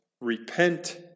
Repent